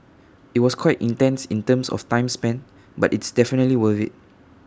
IT was quite intense in terms of time spent but it's definitely worth IT